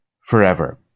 forever